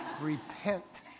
repent